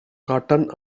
cotton